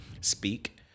speak